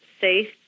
safe